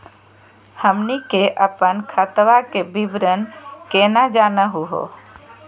हमनी के अपन खतवा के विवरण केना जानहु हो?